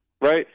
Right